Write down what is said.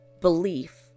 belief